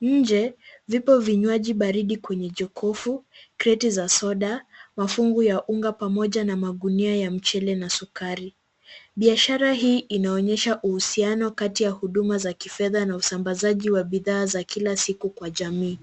Nje, vipo vinywaji baridi kwenye jukofu, kreti za soda, mafungu ya unga pamoja na magunia ya mchele na sukari. Biashara hii inaonyesha uhusiano kati ya huduma za kifedha na usambazaji wa bidhaa za kila siku kwa jamii.